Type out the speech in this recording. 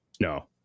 No